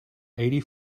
eighty